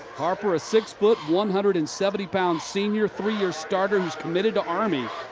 harper, six foot one hundred and seventy pound senior, three-year started committed to army.